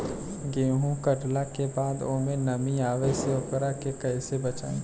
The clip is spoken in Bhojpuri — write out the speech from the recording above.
गेंहू कटला के बाद ओमे नमी आवे से ओकरा के कैसे बचाई?